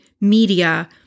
media